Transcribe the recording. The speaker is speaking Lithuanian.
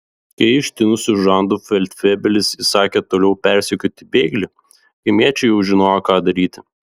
kai ištinusiu žandu feldfebelis įsakė toliau persekioti bėglį kaimiečiai jau žinojo ką daryti